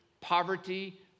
poverty